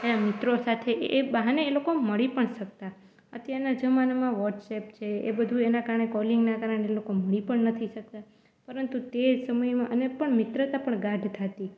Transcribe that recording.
એનાં મિત્રો સાથે એ બહાને એ લોકો મળી પણ શકતાં અત્યારનાં જમાનામાં વોટ્સએપ છે એ બધું એનાં કારણે કોલિંગનાં કારણે લોકો મળી પણ નથી શકતાં પરંતુ તે સમયમાં અને પણ મિત્રતા પણ ગાઢ થાતી